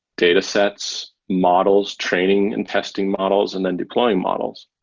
data sets, models, training and testing models and then deploying models.